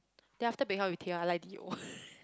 then after Baek-Hyun with Tae-Yeon I like D_O